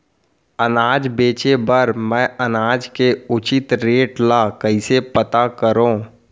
अनाज बेचे बर मैं अनाज के उचित रेट ल कइसे पता करो?